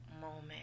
moment